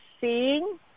seeing